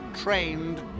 trained